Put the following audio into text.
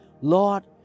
Lord